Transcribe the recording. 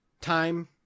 Time